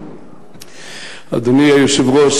אדוני היושב-ראש,